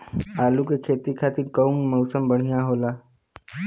आलू के खेती खातिर कउन मौसम बढ़ियां होला?